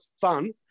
fun